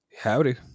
Howdy